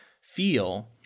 feel